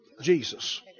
Jesus